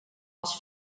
els